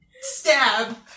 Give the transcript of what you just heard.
stab